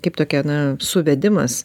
kaip tokia na suvedimas